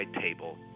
table